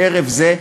בערב זה,